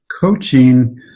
Coaching